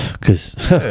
Cause